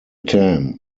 t’aime